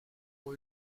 ont